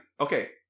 Okay